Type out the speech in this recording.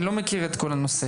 אני לא מכיר את כל הנושא.